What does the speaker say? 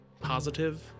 positive